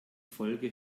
folge